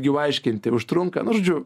givaiškinti užtrunka nu žodžiu